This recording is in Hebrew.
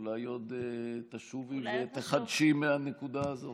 אולי עוד תשובי ותחדשי מהנקודה הזאת.